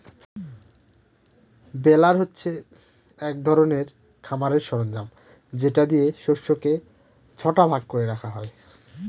বেলার হচ্ছে এক ধরনের খামারের সরঞ্জাম যেটা দিয়ে শস্যকে ছটা ভাগ করে রাখা হয়